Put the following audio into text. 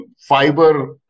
fiber